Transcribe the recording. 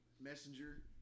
Messenger